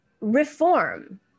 reform